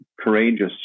courageous